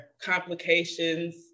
complications